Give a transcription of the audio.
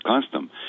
custom